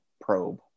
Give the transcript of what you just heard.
probe